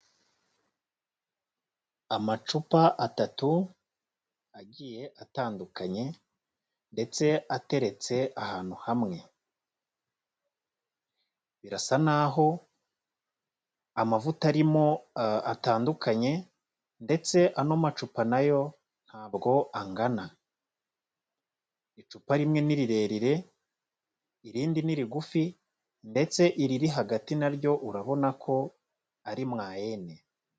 Amacupa atatu agiye atandukanye ndetse ateretse ahantu hamwe. Birasa n'aho amavuta arimo atandukanye ndetse ano macupa nayo ntabwo angana. Icupa rimwe ni rirerire, irindi ni rigufi ndetse iriri hagati na ryo urabona ko ari mwayene.